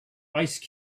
ice